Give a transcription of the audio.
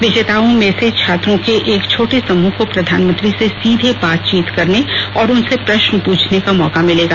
विजेताओं में से छात्रों के एक छोटे समूह को प्रधानमंत्री से सीधे बातचीत करने और उनसे प्रश्न पूछने का मौका मिलेगा